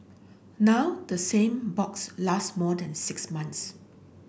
now the same box lasts more than six months